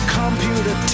computer